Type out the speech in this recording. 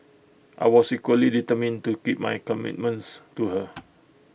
I was equally determined to keep my commitments to her